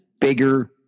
bigger